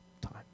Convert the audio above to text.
time